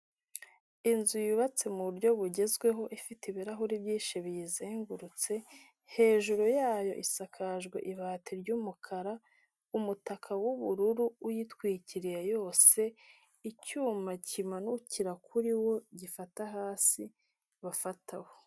Inzu yubatse mu buryo bugezweho ifite ibirahuri byinshi biyizengurutse, hejuru yayo isakajwe ibate ry'umukara, umutaka w'ubururu uyitwikiriye yose, icyuma kimanuka kuri wo gifata hasi bafataho.